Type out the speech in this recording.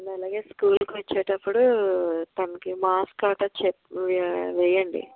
and అలాగే స్కూల్కి వచ్చేటప్పుడు తనకి మాస్క్ కట్టా చె వేయండి